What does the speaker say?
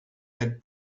had